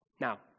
Now